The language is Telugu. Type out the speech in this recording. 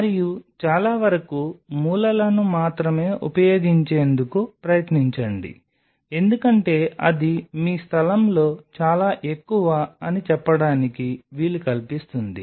మరియు చాలా వరకు మూలలను మాత్రమే ఉపయోగించేందుకు ప్రయత్నించండి ఎందుకంటే అది మీ స్థలంలో చాలా ఎక్కువ అని చెప్పడానికి వీలు కల్పిస్తుంది